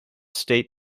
state